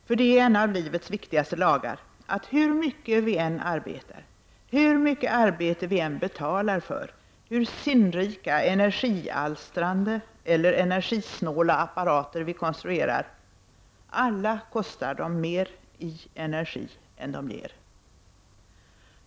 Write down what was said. För det är en av livets viktigaste lagar: Hur mycket vi än arbetar, hur mycket arbete vi än betalar för, hur sinnrika, ”energialstrande” eller energisnåla apparater vi än konstruerar — alla kostar de mer energi än de ger.